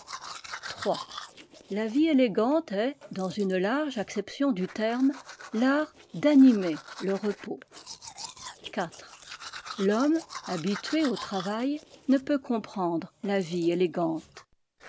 iii la vie élégante est dans une large acception du terme l'art d'animer le repos iv l'homme habitué au travail ne peut comprendre la vie élégante